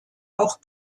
auch